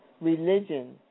religion